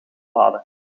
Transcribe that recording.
lade